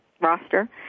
roster